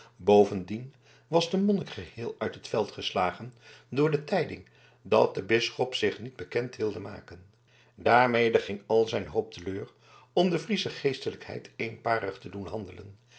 bovendien was de monnik geheel uit het veld geslagen door de tijding dat de bisschop zich niet bekend wilde maken daarmede ging al zijn hoop te leur om de friesche geestelijkheid eenparig te doen handelen